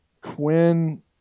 Quinn